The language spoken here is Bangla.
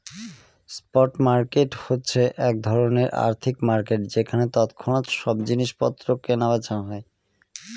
স্পট মার্কেট হচ্ছে এক ধরনের আর্থিক মার্কেট যেখানে তৎক্ষণাৎ সব জিনিস পত্র কেনা বেচা হয়